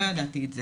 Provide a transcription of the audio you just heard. לא ידעתי את זה.